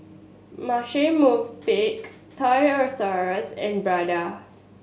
Marche Movenpick Toys R Us and Prada